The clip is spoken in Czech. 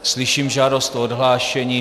Slyším žádost o odhlášení.